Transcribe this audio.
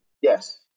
Yes